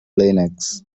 linux